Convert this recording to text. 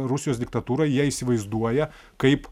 rusijos diktatūrą jie įsivaizduoja kaip